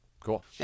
Cool